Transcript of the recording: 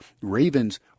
Ravens